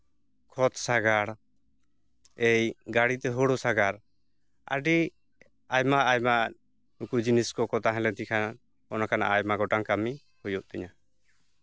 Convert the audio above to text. ᱠᱷᱚᱛ ᱥᱟᱸᱜᱟᱲ ᱮᱭ ᱜᱟᱹᱲᱤᱛᱮ ᱦᱩᱲᱩ ᱥᱟᱜᱟᱲ ᱟᱹᱰᱤ ᱟᱭᱢᱟ ᱟᱭᱢᱟ ᱱᱩᱠᱩ ᱡᱤᱱᱤᱥ ᱠᱚᱠᱚ ᱛᱟᱦᱮᱸ ᱞᱮᱱᱛᱤᱧ ᱠᱷᱟᱱ ᱚᱱᱠᱟᱱᱟᱜ ᱟᱭᱢᱟ ᱜᱚᱴᱟᱱ ᱠᱟᱹᱢᱤ ᱦᱩᱭᱩᱜ ᱛᱤᱧᱟ